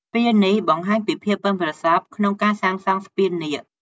ស្ពាននេះបង្ហាញពីភាពប៉ិនប្រសប់ក្នុងការសាងសង់ស្ពាននាគ។